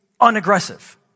unaggressive